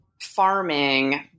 farming